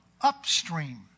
upstream